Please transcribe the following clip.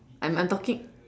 I'm I'm talking